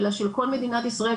אלא של כל מדינת ישראל.